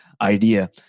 idea